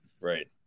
Right